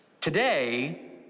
Today